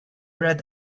read